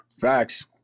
Facts